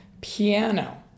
piano